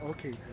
Okay